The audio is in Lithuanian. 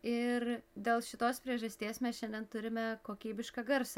ir dėl šitos priežasties mes šiandien turime kokybišką garsą